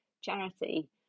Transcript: charity